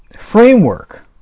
framework